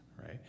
right